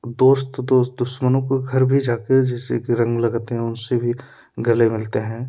दोस्त दोस्त दुश्मनों को घर भी जाके जिससे कि रंग लगाते हैं उनसे भी गले मिलते हैं